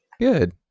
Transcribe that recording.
good